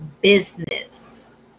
business